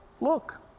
Look